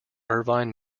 irvine